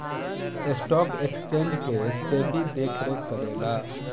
stock exchange के सेबी देखरेख करेला